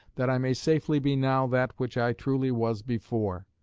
that i may safely be now that which i truly was before.